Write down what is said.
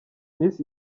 miss